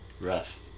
Rough